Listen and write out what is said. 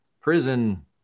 Prison